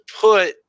put